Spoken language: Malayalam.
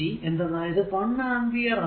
എന്തെന്നാൽ ഇത് 1 അമ്പിയർ ആണ്